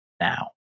now